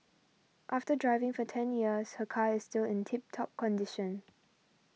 after driving for ten years her car is still in tip top condition